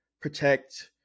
protect